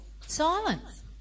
Silence